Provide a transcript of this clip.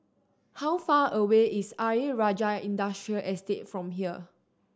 how far away is Ayer Rajah Industrial Estate from here